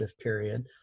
period